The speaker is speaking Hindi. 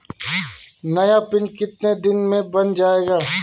नया पिन कितने दिन में बन जायेगा?